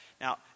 Now